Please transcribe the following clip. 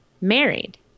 Married